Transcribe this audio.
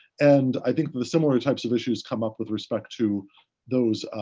and i think that the similar types of issues come up with respect to those